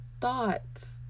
thoughts